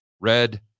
red